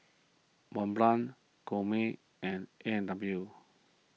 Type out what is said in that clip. Mont Blanc Chomel and A and W